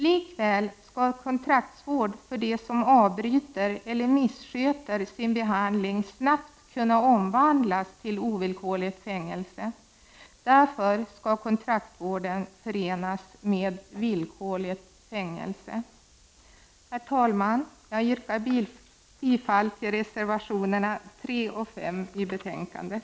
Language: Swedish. Likväl skall kontraktsvård för dem som avbryter eller missköter sin behandling snabbt kunna omvandlas till ovillkorligt fängelse. Kontraktsvården skall därför förenas med villkorligt fängelse. Herr talman! Jag yrkar bifall till reservationerna 3 och 5 i betänkandet.